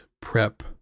prep